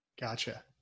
Gotcha